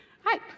Hi